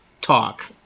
talk